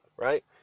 right